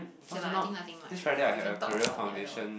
okay lah I think nothing much already we can talk about the other one